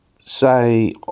say